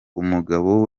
umugabo